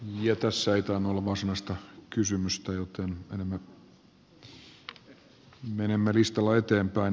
tässä ei tainnut olla varsinaista kysymystä joten menemme listalla eteenpäin